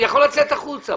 הוא יכול לצאת החוצה.